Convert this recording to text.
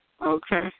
Okay